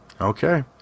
Okay